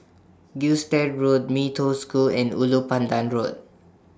Gilstead Road Mee Toh School and Ulu Pandan Road